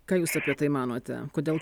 ką jūs apie tai manote kodėl